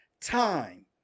Time